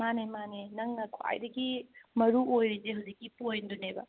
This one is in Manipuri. ꯃꯥꯅꯦ ꯃꯥꯅꯦ ꯅꯪꯅ ꯈ꯭ꯋꯥꯏꯗꯒꯤ ꯃꯔꯨ ꯑꯣꯏꯔꯤꯁꯦ ꯍꯧꯖꯤꯛꯀꯤ ꯄꯣꯏꯟꯗꯨꯅꯦꯕ